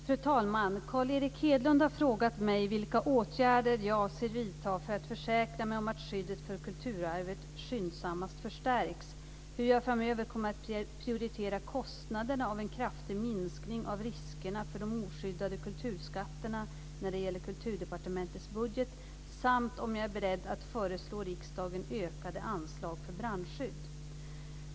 Fru talman! Carl Erik Hedlund har frågat mig vilka åtgärder jag avser vidta för att försäkra mig om att skyddet för kulturarvet skyndsammast förstärks, hur jag framöver kommer att prioritera kostnaderna av en kraftig minskning av riskerna för de oskyddade kulturskatterna när det gäller Kulturdepartementets budget samt om jag är beredd att föreslå riksdagen ökade anslag för brandskydd.